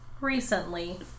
recently